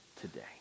today